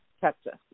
Texas